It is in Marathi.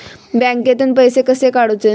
बँकेतून पैसे कसे काढूचे?